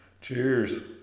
Cheers